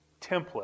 template